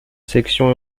section